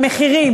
המחירים.